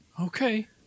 Okay